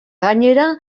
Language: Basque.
gainera